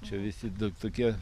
čia visi dar tokie